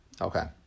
Okay